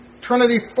Trinity